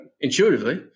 intuitively